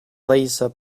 laser